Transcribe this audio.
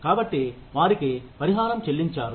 కాబట్టి వారికి పరిహారం చెల్లించారు